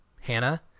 Hannah